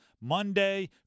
Monday